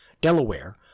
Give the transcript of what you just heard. Delaware